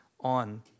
on